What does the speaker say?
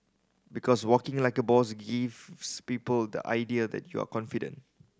because walking like a boss gives people the idea that you are confident